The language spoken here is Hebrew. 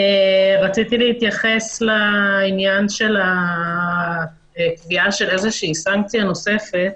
רציתי להתייחס לעניין של הקביעה של סנקציה נוספת